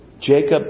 Jacob